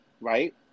Right